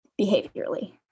behaviorally